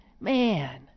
Man